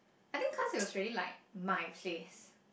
I think 'cause it's already like my place